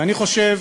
אני חושב